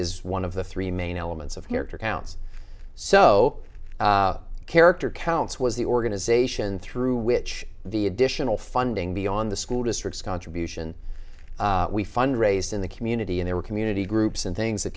is one of the three main elements of character counts so character counts was the organization through which the additional funding beyond the school districts contribution we fundraised in the community and there were community groups and things that